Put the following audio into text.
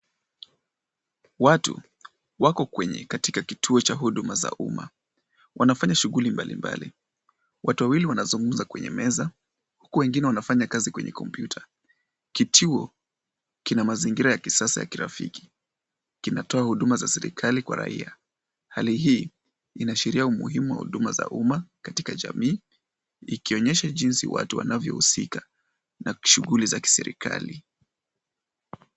Watu wako kwenye katika kituo cha huduma za umma, wanafanya shughuli mbalimbali, watu wawili wanazungumza kwenye meza huku wengine wanafanya kazi kwenye kompyuta. Kituo kina mazingira ya kisasa ya kirafiki. Kinatoa huduma za serikali kwa raia. Hali hii inaashiria umuhimu wa huduma za umma katika jamii ikionyesha jinsi watu wanavyohusika na shughuli za kiserikali.